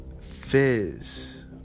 Fizz